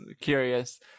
curious